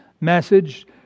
message